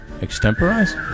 Extemporize